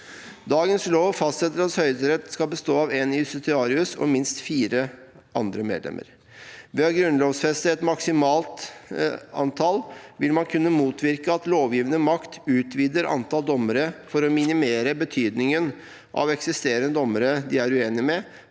Dagens lov fastsetter at Høyesterett skal bestå av en justitiarius og minst fire andre medlemmer. Ved å grunnlovfeste et maksimalt antall vil man kunne motvirke at lovgivende makt utvider antallet dommere for å minimere betydningen av eksisterende dommere som de er uenig med,